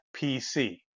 PC